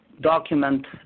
document